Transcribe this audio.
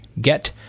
get